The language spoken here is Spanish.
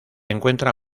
encuentra